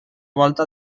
volta